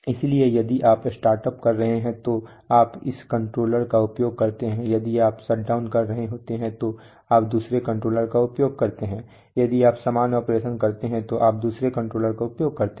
इसलिए यदि आप स्टार्टअप कर रहे हैं तो आप इस कंट्रोलर का उपयोग करते हैं यदि आप शट डाउन कर रहे हैं तो आप दूसरे कंट्रोलर का उपयोग करते हैं यदि आप सामान्य ऑपरेशन करते हैं तो आप दूसरे कंट्रोलर का उपयोग करते हैं